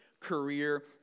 career